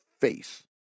face